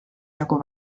nagu